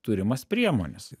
turimas priemones